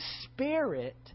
spirit